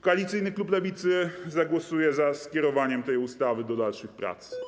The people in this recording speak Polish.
Koalicyjny klub Lewicy zagłosuje za skierowaniem tej ustawy do dalszych prac.